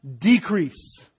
decrease